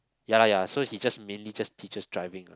ya lah ya lah so he just mainly just teaches driving ah